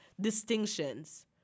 distinctions